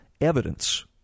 evidence